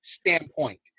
standpoint